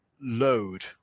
load